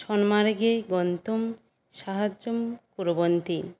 सन्मार्गे गन्तुं साहाय्यं कुर्वन्ति